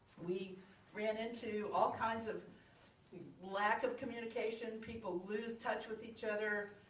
we ran into all kinds of lack of communication, people lose touch with each other,